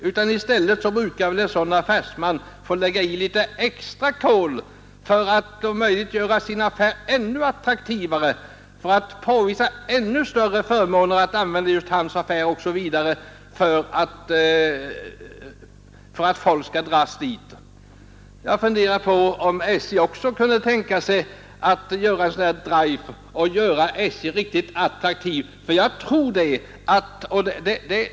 I stället lägger han på några extra kol för att göra sin verksamhet mera attraktiv, dvs. göra det mera förmånligt för kunderna att anlita just hans affär. Jag funderar på om SJ kan tänka sig att göra en drive för att företaget skall bli mera attraktivt.